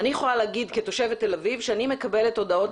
אני יכולה לומר כתושבת תל אביב שאני מקבלת הודעות